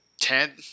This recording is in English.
ten